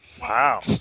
Wow